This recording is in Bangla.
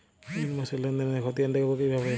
জুন মাসের লেনদেনের খতিয়ান দেখবো কিভাবে?